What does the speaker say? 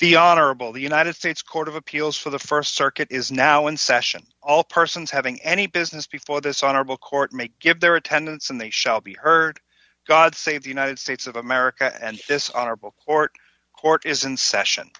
the honorable the united states court of appeals for the st circuit is now in session all persons having any business before this honorable court make good their attendance and they shall be heard god save the united states of america and this honorable court court is in session